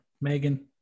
Megan